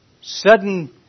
sudden